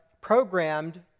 programmed